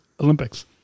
Olympics